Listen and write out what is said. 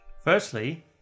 Firstly